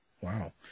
Wow